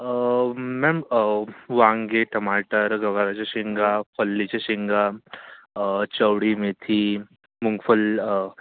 ma'am वांगे टमाटर गवाराच्या शेंगा फल्लीचे शेंगा चवळी मेथी मुंगफल्ल